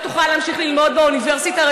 תוכל להמשיך ללמוד רפואה באוניברסיטה,